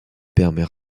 permet